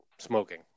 Smoking